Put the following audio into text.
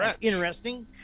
interesting